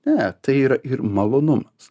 ne tai yra ir malonumas